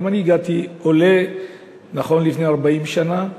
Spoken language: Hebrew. גם אני הגעתי כעולה, נכון, לפני 40 שנה,